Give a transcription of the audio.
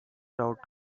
doubt